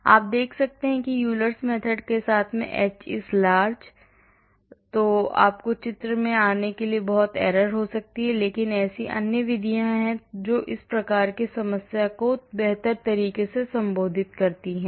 जैसा कि आप देख सकते हैं कि Euler's method के साथ h is large है तो आपको चित्र में आने में बहुत error हो सकती है लेकिन ऐसी अन्य विधियां हैं जो इस प्रकार की समस्या को बेहतर तरीके से संबोधित कर सकती हैं